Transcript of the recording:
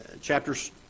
Chapters